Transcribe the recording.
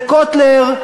זה קוטלר,